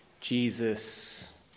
Jesus